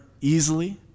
easily